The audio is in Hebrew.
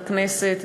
בכנסת,